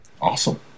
Awesome